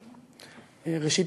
ראשית,